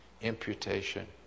Imputation